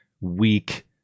weak